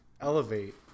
elevate